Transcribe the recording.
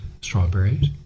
strawberries